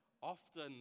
often